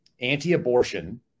anti-abortion